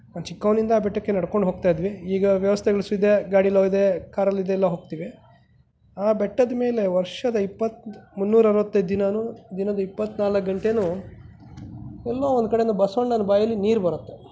ನಾನು ಚಿಕ್ಕವನಿಂದ ಆ ಬೆಟ್ಟಕ್ಕೆ ನಡ್ಕೊಂಡು ಹೋಗ್ತಾ ಇದ್ವಿ ಈಗ ವ್ಯವಸ್ಥೆಗಳು ಸಿಗದೇ ಗಾಡಿಯಲ್ಲಿ ಹೋಗೋದೇ ಕಾರಲ್ಲಿ ಇದೆಲ್ಲ ಹೋಗ್ತೀವಿ ಆ ಬೆಟ್ಟದ ಮೇಲೆ ವರ್ಷದ ಇಪ್ಪ ಕು ಮುನ್ನೂರರವತ್ತೈದು ದಿನಾನೂ ದಿನದ ಇಪ್ಪತ್ತ್ನಾಲ್ಕು ಗಂಟೇನೂ ಎಲ್ಲೋ ಒಂದು ಕಡೆಯಿಂದ ಬಸವಣ್ಣನ ಬಾಯಲ್ಲಿ ನೀರು ಬರುತ್ತೆ